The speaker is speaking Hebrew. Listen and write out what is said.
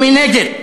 ומנגד,